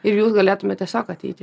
ir jūs galėtumėt tiesiog ateiti